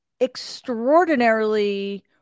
extraordinarily